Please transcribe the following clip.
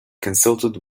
consulted